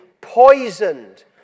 poisoned